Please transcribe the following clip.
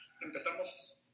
Empezamos